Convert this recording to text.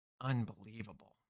Unbelievable